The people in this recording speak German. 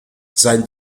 sein